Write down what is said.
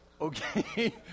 Okay